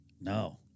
No